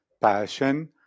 passion